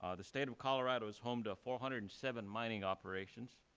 ah the state of colorado is home to four hundred and seven mining operations,